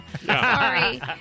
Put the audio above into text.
Sorry